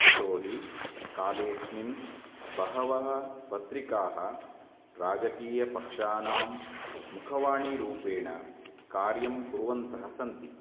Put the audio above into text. यतो हि कालेऽस्मिन् बह्वयः पत्रिकाः राजकीयपक्षाणां मुखवाणीरूपेण कार्यं कुर्वन्तः सन्ति